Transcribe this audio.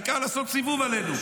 העיקר לעשות סיבוב עלינו.